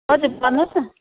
हजुर भन्नुहोस् न